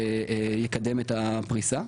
יקדם את הפריסה.